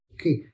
Okay